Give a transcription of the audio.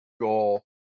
goal